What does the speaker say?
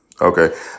Okay